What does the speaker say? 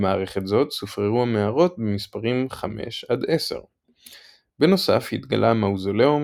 במערכת זאת סופררו המערות במספרים 5–10. בנוסף התגלה מאוזוליאום,